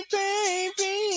baby